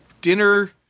dinner